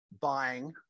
buying